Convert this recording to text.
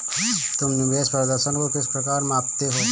तुम निवेश प्रदर्शन को किस प्रकार मापते हो?